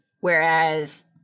whereas